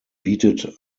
bietet